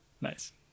nice